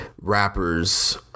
rappers